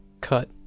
Cut